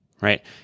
right